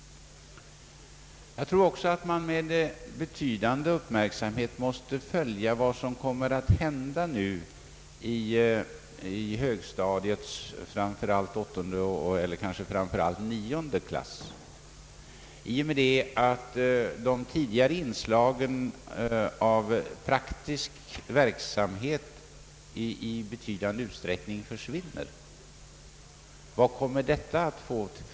Vi måste också med betydande uppmärksamhet följa vad som kommer att hända i högstadiets åttonde och framför allt nionde årskurs i och med att de tidigare inslagen av praktisk verksamhet i stor utsträckning försvinner. Vad får detta till följd?